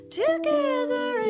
together